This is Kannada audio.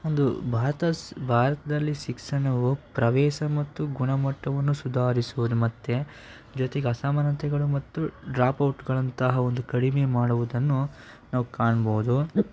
ಒಂದು ಭಾರತ ಭಾರತದಲ್ಲಿ ಶಿಕ್ಷಣವು ಪ್ರವೇಶ ಮತ್ತು ಗುಣಮಟ್ಟವನ್ನು ಸುಧಾರಿಸುವುದು ಮತ್ತೆ ಜೊತೆಗೆ ಅಸಮಾನತೆಗಳು ಮತ್ತು ಡ್ರಾಪೌಟ್ಗಳಂತಹ ಒಂದು ಕಡಿಮೆ ಮಾಡುವುದನ್ನು ನಾವು ಕಾಣ್ಬೋದು